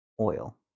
Oil